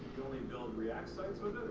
only build react sites with